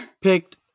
Picked